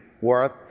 worth